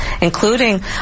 including